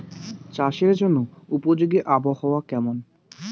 চাষের জন্য উপযোগী আবহাওয়া কেমন?